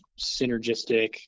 synergistic